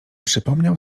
przypomniał